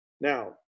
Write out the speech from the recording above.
Now